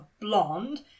blonde